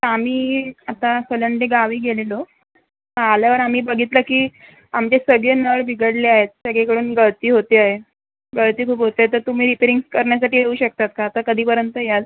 आम्ही आता सोलंदे गावी गेलेलो आल्यावर आम्ही बघितलं की आमचे सगळे नळ बिघडले आहेत सगळीकडून गळती होते आहे गळती खूप होते तर तुम्ही रिपेरिंग्ज करण्यासाठी येऊ शकतात का आता कधीपर्यंत याल